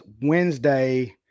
Wednesday